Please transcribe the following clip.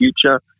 future